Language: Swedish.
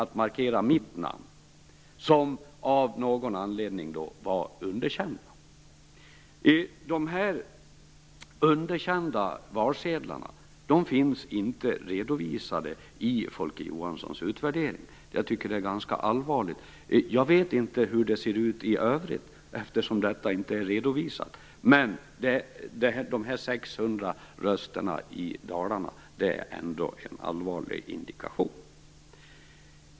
Dessa valsedlar blev av någon anledning underkända. De underkända valsedlarna finns inte redovisade i Folke Johanssons utredning. Jag tycker att det är ganska allvarligt. Jag vet inte hur det ser ut i övrigt, eftersom det inte finns någon redovisning, men de 600 valsedlarna i Dalarna är ändå en allvarlig indikation.